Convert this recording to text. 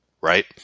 right